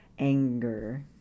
anger